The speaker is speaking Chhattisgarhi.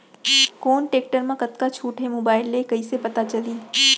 कोन टेकटर म कतका छूट हे, मोबाईल ले कइसे पता चलही?